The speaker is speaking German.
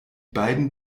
beiden